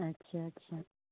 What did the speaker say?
अच्छा अच्छा